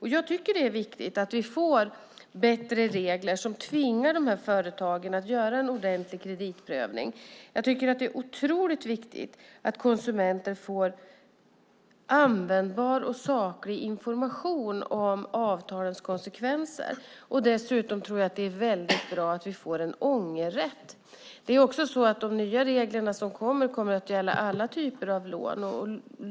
Jag tycker att det är viktigt att vi får bättre regler som tvingar de här företagen att göra en ordentlig kreditprövning. Jag tycker att det är otroligt viktigt att konsumenten får användbar och saklig information om avtalens konsekvenser. Jag tror dessutom att det är bra att vi får en ångerrätt. De nya reglerna kommer att gälla alla typer av lån.